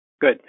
Good